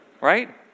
Right